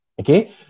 okay